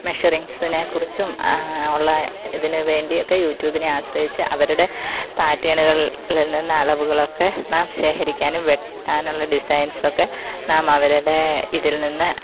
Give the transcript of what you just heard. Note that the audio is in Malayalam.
മെഷറിങ്ങ്സിനെക്കുറിച്ചും ഉള്ള ഇതിന് വേണ്ടിയൊക്കെ യൂറ്റൂബിനെ ആശ്രയിച്ച് അവരുടെ പാറ്റേണുകളിൽ നിന്ന് അളവുകളൊക്കെ നാം ശേഖരിക്കാനും വെട്ടാനുള്ള ഡിസൈൻസൊക്കെ നാം അവരുടെ ഇതിൽ നിന്ന്